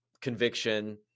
conviction